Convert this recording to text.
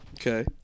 Okay